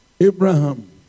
Abraham